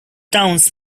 towns